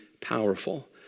powerful